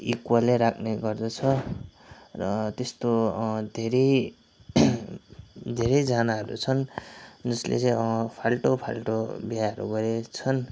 इक्वलै राख्ने गर्दछ र त्यस्तो धेरै धेरैजनाहरू छन् जसले चाहिँ फाल्टो फाल्टो बिहाहरू गरेको छन्